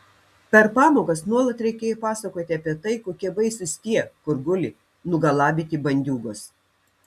per pamokas nuolat reikėjo pasakoti apie tai kokie baisūs tie kur guli nugalabyti bandiūgos